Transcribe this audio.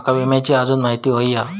माका विम्याची आजून माहिती व्हयी हा?